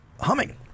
humming